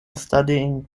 studying